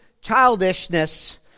childishness